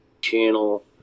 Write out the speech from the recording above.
channel